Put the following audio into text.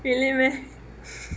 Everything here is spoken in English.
really meh